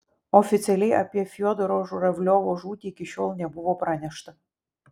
oficialiai apie fiodoro žuravliovo žūtį iki šiol nebuvo pranešta